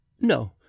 no